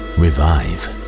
revive